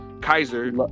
Kaiser